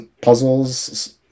puzzles